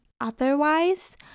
otherwise